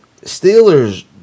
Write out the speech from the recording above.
Steelers